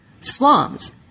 slums